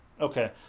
Okay